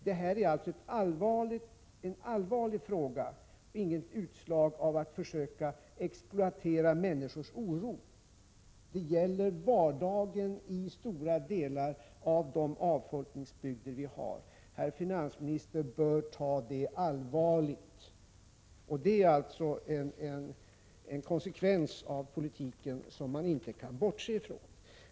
Det här är alltså en allvarlig fråga, och vad vi säger är inget utslag av ett försök att exploatera människors oro. Det gäller vardagen i stora delar av de avfolkningsbygder vi har. Herr finansministern bör ta det allvarligt. Det är alltså en konsekvens av politiken som man inte kan bortse från.